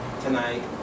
tonight